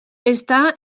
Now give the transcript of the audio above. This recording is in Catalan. està